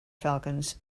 falcons